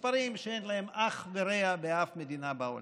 מספרים שאין להם אח ורע באף מדינה בעולם.